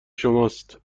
شماست